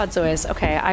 okay